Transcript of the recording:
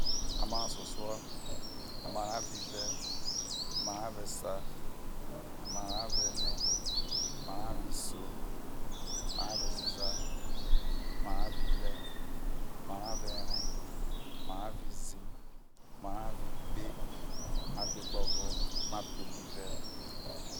Amara oso suo amara avo ive amara avo esa a maka allo enei amara avo iso amara avo ezeza amara avo ihre amara avo eree amara qvoizii amara avo ikpe amara avo ikpe amara avo ikpegbovo amara avo ikpegbive